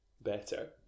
better